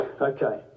okay